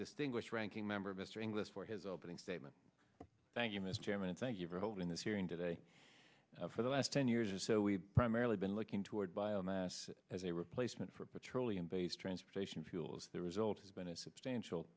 distinguished ranking member of mr inglis for his opening statement thank you mr chairman thank you for holding this hearing today for the last ten years or so we primarily been looking toward biomass as a replacement for petroleum based transportation fuels the result has been a substantial